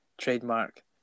trademark